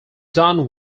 done